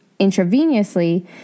intravenously